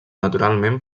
naturalment